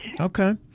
Okay